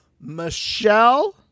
Michelle